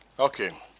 Okay